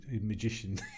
magician